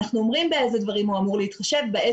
אנחנו אומרים באילו דברים הוא אמור להתחשב בעת